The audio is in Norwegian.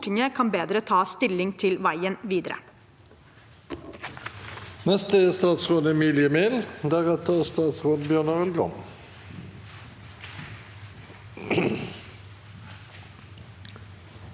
Stortinget bedre kan ta stilling til veien videre.